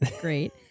great